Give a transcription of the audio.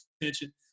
attention